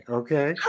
okay